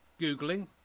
Googling